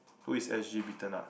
who is s_g Peter nut